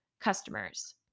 customers